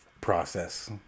process